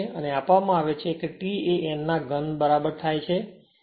અને આપવામાં આવે છે કે T એ n ના ઘન બરાબર થાય છે